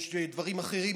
דברים אחרים,